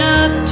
up